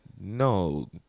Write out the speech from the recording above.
no